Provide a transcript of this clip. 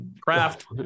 craft